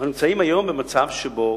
אנחנו נמצאים היום במצב שבו